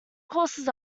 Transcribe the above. courses